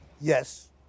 Yes